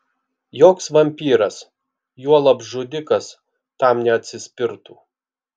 joks vampyras juolab žudikas tam neatsispirtų